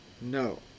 No